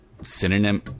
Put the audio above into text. synonym